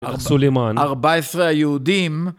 סולימאן, 14 היהודים